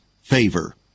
favor